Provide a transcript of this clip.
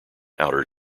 outer